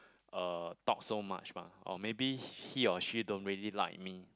uh talk so much mah or maybe he or she don't really like me